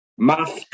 mask